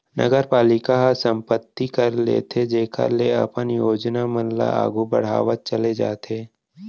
नगरपालिका ह संपत्ति कर लेथे जेखर ले अपन योजना मन ल आघु बड़हावत चले जाथे